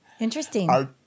Interesting